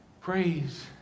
Praise